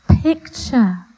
picture